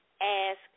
Ask